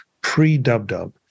pre-dub-dub